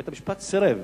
בית-המשפט סירב